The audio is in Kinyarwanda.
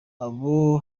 abo